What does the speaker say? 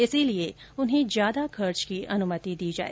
इसलिए उन्हें ज्यादा खर्च करने की अनुमति दी जाए